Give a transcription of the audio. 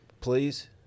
please